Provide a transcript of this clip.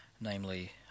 namely